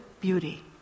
beauty